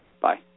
Bye